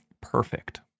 perfect